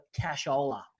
cashola